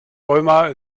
römer